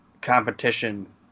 competition